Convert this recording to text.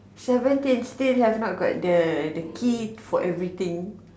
seventeen still not got the key for everything